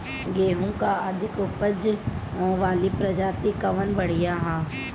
गेहूँ क अधिक ऊपज वाली प्रजाति कवन बढ़ियां ह?